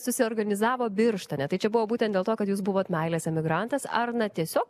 susiorganizavo birštone tai čia buvo būtent dėl to kad jūs buvot meilės emigrantas ar na tiesio